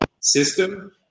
system